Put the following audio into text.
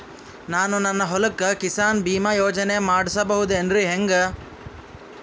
ನಾನು ನನ್ನ ಹೊಲಕ್ಕ ಕಿಸಾನ್ ಬೀಮಾ ಯೋಜನೆ ಮಾಡಸ ಬಹುದೇನರಿ ಹೆಂಗ?